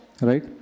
right